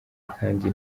kandi